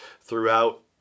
throughout